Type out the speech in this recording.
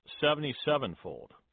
seventy-sevenfold